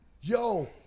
yo